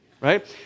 right